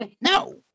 No